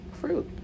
fruit